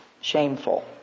shameful